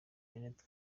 jeannette